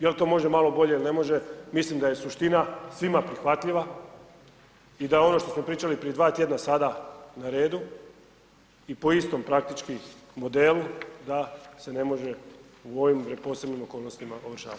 Jel to može malo bolje ili ne može mislim da je suština svima prihvatljiva i da ono što smo pričali prije 2 tjedna sada na redu i po istom praktički modelu da se ne može u ovim posebnim okolnostima ovršavati.